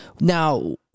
Now